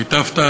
היטבת,